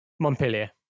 Montpellier